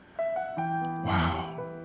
wow